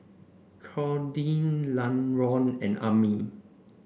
Claudine Laron and Amin